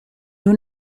nur